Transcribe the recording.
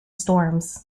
storms